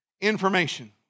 information